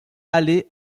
aller